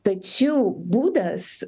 tačiau būdas